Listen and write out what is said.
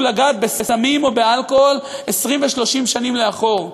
לגעת בסמים או באלכוהול 20 ו-30 שנים לאחור,